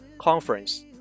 Conference